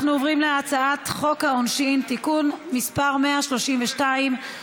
אנחנו עוברים להצעת חוק העונשין (תיקון מס' 132),